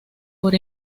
por